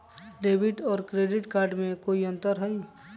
Debit और credit card में कई अंतर हई?